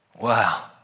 Wow